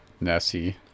Nessie